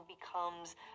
becomes